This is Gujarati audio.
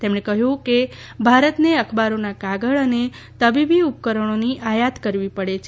તેમણે કહ્યું કે ભારતને અખબારોના કાગળ અને તબીબી ઉપકરણોની આયાત કરવી પડે છે